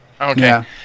Okay